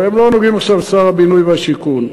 אבל הם לא נוגעים עכשיו לשר הבינוי והשיכון.